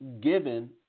given